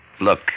Look